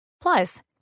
Plus